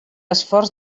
esforç